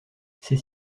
ces